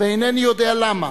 ואינני יודע למה: